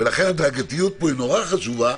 ולכן ההדרגתיות פה היא נורא חשובה.